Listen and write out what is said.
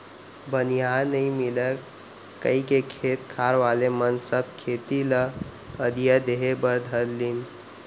बनिहार नइ मिलय कइके खेत खार वाले मन सब खेती ल अधिया देहे बर धर लिन